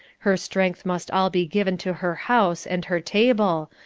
her strength must all be given to her house and her table,